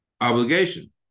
obligation